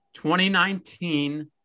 2019